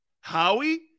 Howie